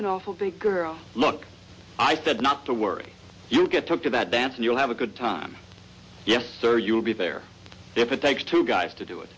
an awful big girl look i thought not to worry you get talked about dance and you'll have a good time yes sir you will be there if it takes two guys to do it